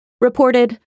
reported